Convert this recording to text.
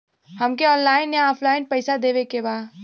हमके ऑनलाइन या ऑफलाइन पैसा देवे के बा?